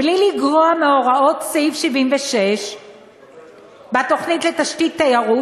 בלי לגרוע מהוראות סעיף 76 בתוכנית לתשתית תיירות